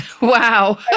Wow